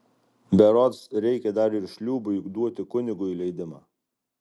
berods reikia dar ir šliūbui duoti kunigui leidimą